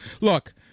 look